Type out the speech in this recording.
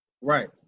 Right